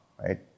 right